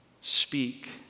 speak